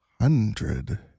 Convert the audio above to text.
hundred